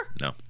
no